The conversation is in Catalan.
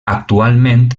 actualment